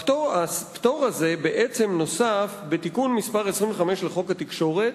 הפטור הזה נוסף בתיקון מס' 25 לחוק התקשורת,